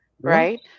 right